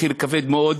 מחיר כבד מאוד,